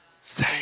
say